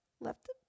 left